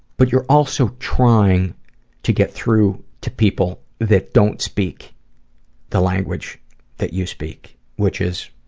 but you're also trying to get through to people that don't speak the language that you speak which is,